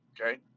okay